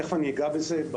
תיכף אגע בזה.